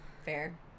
Fair